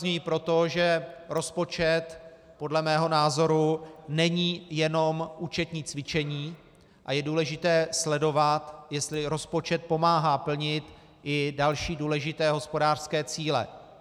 Zdůrazňuji to proto, že rozpočet podle mého názoru není jenom účetní cvičení, a je důležité sledovat, jestli rozpočet pomáhá plnit i další důležité hospodářské cíle.